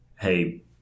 hey